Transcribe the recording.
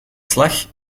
slag